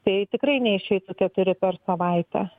tai tikrai neišeitų keturi per savaitę